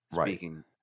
Speaking